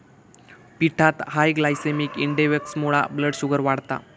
पिठात high glycaemic इंडेक्समुळा blood sugar वाढता